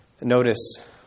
Notice